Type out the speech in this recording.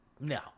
no